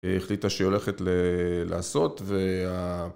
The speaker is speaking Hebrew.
החליטה שהיא הולכת לעשות